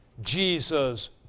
Jesus